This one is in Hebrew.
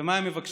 ומה הם מבקשים?